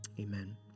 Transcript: Amen